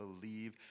believe